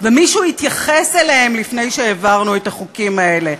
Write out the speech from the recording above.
ומישהו התייחס אליהם לפני שהעברנו את החוקים האלה.